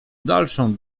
dalszą